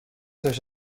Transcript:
such